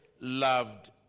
loved